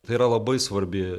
tai yra labai svarbi